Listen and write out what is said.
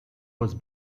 was